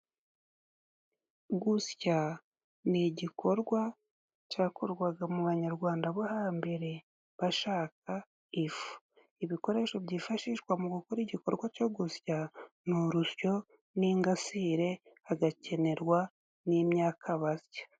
Gusya ni igikorwa cyakorwaga mu banyarwanda bo hambere bashaka ifu. Ibikoresho byifashishwa mu gukora igikorwa cyo gusya， ni urushyo n'ingasire hagakenerwa n'imyaka basya.